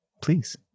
please